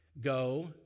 Go